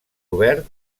obert